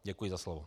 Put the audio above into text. Děkuji za slovo.